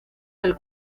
del